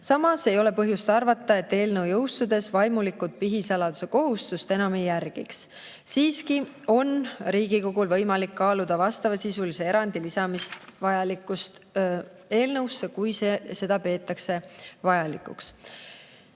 Samas ei ole põhjust arvata, et eelnõu jõustudes vaimulikud pihisaladuse kohustust enam ei järgiks. Siiski on Riigikogul võimalik kaaluda vastavasisulise erandi lisamist eelnõusse, kui seda peetakse vajalikuks.